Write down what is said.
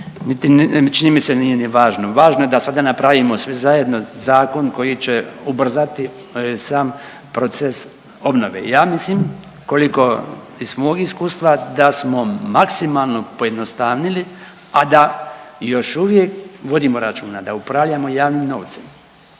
čini mi se nije ni važno. Važno je da sada napravimo svi zajedno zakon koji će ubrzati sam proces obnove. Ja mislim koliko iz mog iskustva da smo maksimalno pojednostavnili, a da još uvijek vodimo računa da upravljamo javnim novcem.